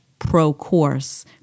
procourse